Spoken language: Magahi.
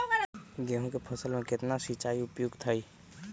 गेंहू के फसल में केतना सिंचाई उपयुक्त हाइ?